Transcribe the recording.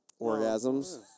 Orgasms